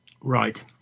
Right